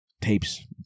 tapes